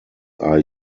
are